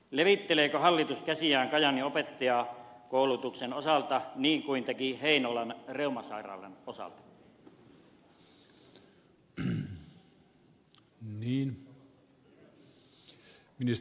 levitteleekö hallitus käsiään kajaanin opettajankoulutuksen osalta niin kuin teki heinolan reumasairaalan osalta